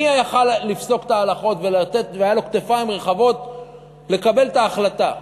מי יכול היה לפסוק את ההלכות והיו לו כתפיים רחבות לקבל את ההחלטה?